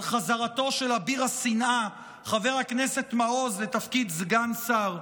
חזרתו של אביר השנאה חבר הכנסת מעוז לתפקיד סגן שר.